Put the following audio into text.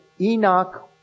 Enoch